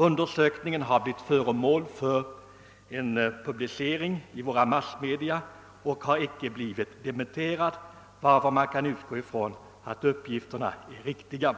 Undersökningen har blivit föremål för publicering i våra massmedia, och uppgifterna har icke dementerats, varför man kan utgå från att de är riktiga.